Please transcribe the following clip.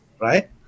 right